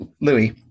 Louis